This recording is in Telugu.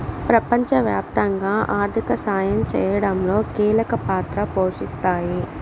ప్రపంచవ్యాప్తంగా ఆర్థిక సాయం చేయడంలో కీలక పాత్ర పోషిస్తాయి